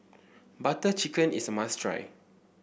Butter Chicken is a must try